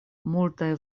multaj